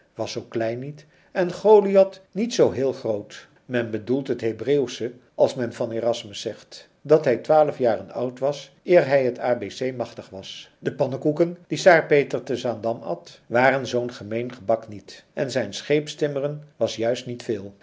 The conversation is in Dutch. was zoo klein niet en goliat niet zoo heel groot men bedoelt het hebreeuwsche als men van erasmus zegt dat hij twaalf jaren oud was eer hij het a b c machtig was de pannekoeken die czaar peter te zaandam at waren zoo'n gemeen gebak niet en zijn scheepstimmeren was juist niet veel